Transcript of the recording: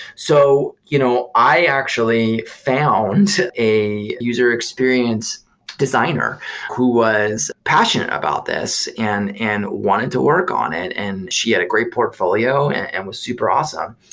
so you know i actually found a user experience designer who was passionate about this and and wanted to work on it, and she had a great portfolio and was super awesome.